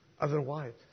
Otherwise